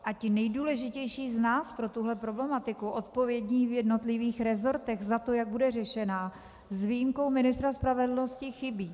A ti nejdůležitější z nás pro tuhle problematiku, odpovědní v jednotlivých resortech za to, jak bude řešena, s výjimkou ministra spravedlnosti chybí.